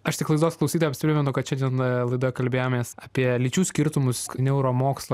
aš tik laidos klausytojams primenu kad šiandien laidoje kalbėjomės apie lyčių skirtumus neuromokslo